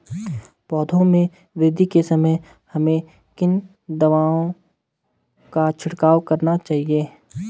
पौधों में वृद्धि के समय हमें किन दावों का छिड़काव करना चाहिए?